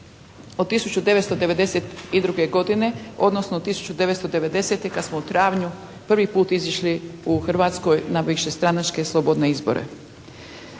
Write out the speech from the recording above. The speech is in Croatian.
od 1992. godine, odnosno od 1990. kad smo u travnju prvi put izašli u Hrvatskoj na višestranačke slobodne izbore.